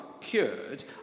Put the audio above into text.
cured